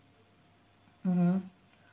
mmhmm